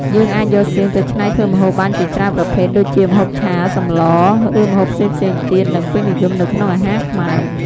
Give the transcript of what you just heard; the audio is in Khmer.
យើងអាចយកសៀងទៅច្នៃធ្វើម្ហូបបានជាច្រើនប្រភេទ ដូចជា ម្ហូបឆា សម្ល ឬម្ហូបផ្សេងៗទៀត និងពេញនិយមនៅក្នុងអាហារខ្មែរ។